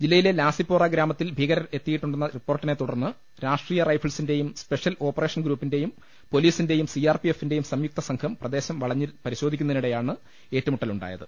ജില്ല യിലെ ലാസിപ്പോറ ഗ്രാമത്തിൽ ഭീകരർ എത്തിയിട്ടു ണ്ടെന്ന റിപ്പോർട്ടിനെ തുടർന്ന് രാഷ്ട്രീയ റൈഫിൾസി ന്റെയും സ്പെഷ്യൽ ഓപ്പറേഷൻ ഗ്രൂപ്പിന്റെയും പൊലീ സിന്റെയും സി ആർ പി എഫിന്റെയും സംയുക്ത സംഘം പ്രദേശം വളഞ്ഞ് പരിശോധിക്കുന്നതിനിടെ യാണ് ഏറ്റുമുട്ടൽ ഉണ്ടായത്